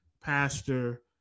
pastor